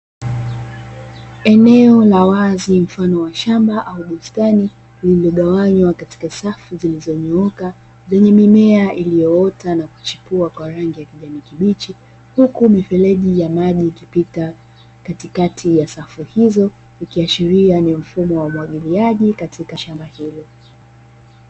Eneo la wazi mfano wa shamba aubustani, lililogawanywa katika safu zilizonyooka, yenye mimea iliyoota na kuchipua kwa rangi ya kijani kibichi, huku mifereji ya maji ikipita katika safu hizo. Ikiashiria ni mfumo wa umwagiliaji katika shamba hilo.